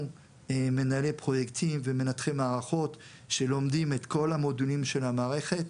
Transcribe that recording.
מנהלי פרויקטים ומנתחי מערכות שלומדים את כל המודולים של המערכת.